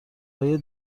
های